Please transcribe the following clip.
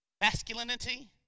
masculinity